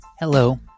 hello